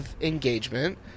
engagement